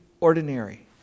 ordinary